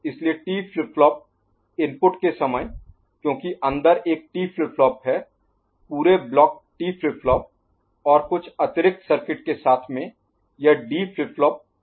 इसलिए T flip flop input के समय क्योंकि अंदर एक T फ्लिप फ्लॉप है पूरे ब्लॉक T फ्लिप फ्लॉप और कुछ अतिरिक्त सर्किट के साथ में यह D फ्लिप फ्लॉप की तरह काम करता है